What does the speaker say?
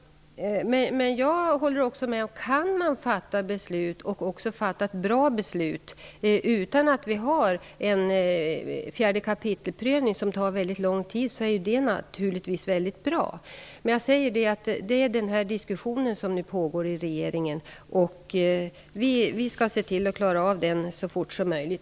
Jag håller också med om att om man kan fatta ett bra beslut utan prövning enligt kap. 4, som tar väldigt lång tid, så är det naturligtvis mycket bra. Som jag sade pågår nu en diskussion i regeringen, och jag hoppas att vi skall klara av den så fort som möjligt.